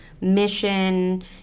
mission